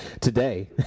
Today